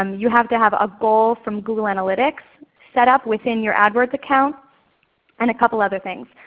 um you have to have a goal from google analytics set up within your adwords account and a couple other things.